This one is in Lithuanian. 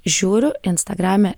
žiūriu instagrame